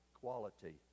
quality